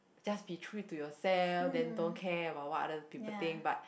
just be true to yourself then don't care about what other people think but